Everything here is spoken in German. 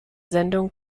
sendung